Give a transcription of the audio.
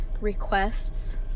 requests